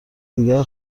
دیگر